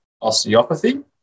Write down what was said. Osteopathy